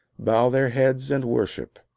bow their heads and worship.